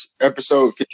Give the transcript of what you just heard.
episode